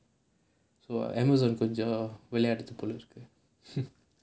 so Amazon கொஞ்சம் விளையாடுது போலிருக்கு:konjam vilaiyaaduthu polirukku